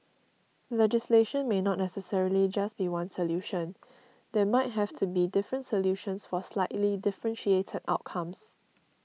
legislation may not necessarily just be one solution there might have to be different solutions for slightly differentiated outcomes